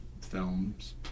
films